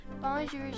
Bonjour